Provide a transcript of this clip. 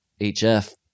HF